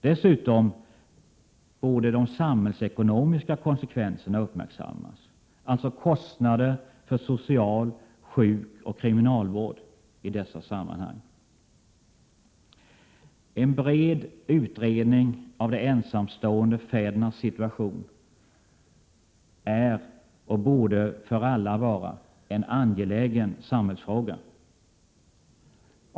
Dessutom måste de samhällsekonomiska konsekvenserna uppmärksammas, alltså kostnaderna för social-, sjukoch kriminalvård i dessa sammanhang. En bred utredning av de ensamstående fädernas situation är, och borde för alla vara, en angelägen samhällsfråga.